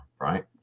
right